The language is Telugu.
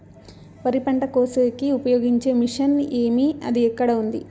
వరి పంట కోసేకి ఉపయోగించే మిషన్ ఏమి అది ఎక్కడ ఉంది?